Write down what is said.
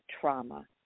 trauma